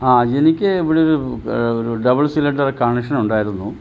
ആ എനിക്ക് ഇവിടെ ഒരു ഒരു ഡബിൾ സിലിണ്ടർ കണക്ഷൻ ഉണ്ടായിരുന്നു